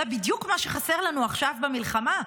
זה בדיוק מה שחסר לנו עכשיו במלחמה,